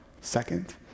second